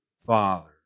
father